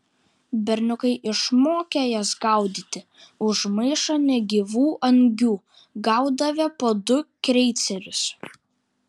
berniukai išmokę jas gaudyti už maišą negyvų angių gaudavę po du kreicerius